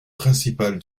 principale